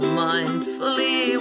mindfully